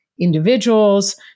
Individuals